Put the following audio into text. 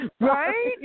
Right